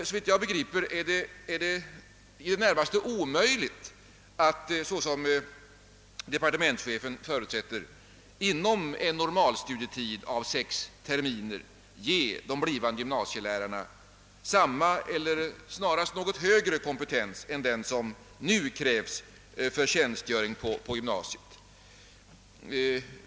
Såvitt jag förstår är det i det närmaste omöjligt att, såsom departementschefen förutsätter, inom en normalstudietid av sex terminer ge de blivande gymnasielärarna samma eller snarast något högre kompetens än den som nu krävs för tjänstgöring på gymnasiet.